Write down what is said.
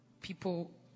people